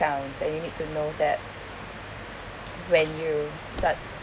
counts so you need to know that when you start